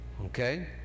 okay